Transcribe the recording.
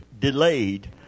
delayed